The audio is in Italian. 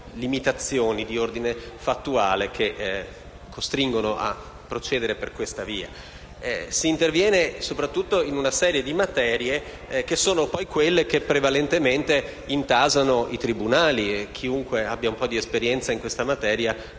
di limitazioni di ordine fattuale che costringono a procedere per questa via. Si interviene soprattutto in una serie di materie, che sono poi quelle che prevalentemente intasano i tribunali. Chiunque abbia un po' esperienza in questa materia,